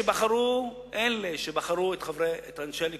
אלה שבחרו את אנשי הליכוד,